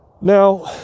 Now